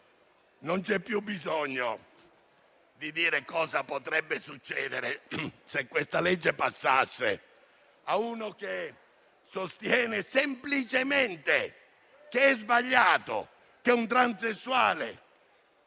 Non c'è più bisogno di dire che cosa potrebbe succedere se questo provvedimento dovesse passare a uno che sostiene semplicemente che è sbagliato che un transessuale,